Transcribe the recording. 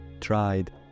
tried